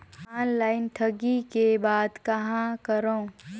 Online ठगी के बाद कहां करों?